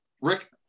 Rick